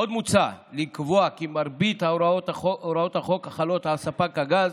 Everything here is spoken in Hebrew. עוד מוצע לקבוע כי מרבית הוראות החוק החלות על ספק הגז